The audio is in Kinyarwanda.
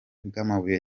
bw’amabuye